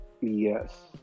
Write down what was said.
Yes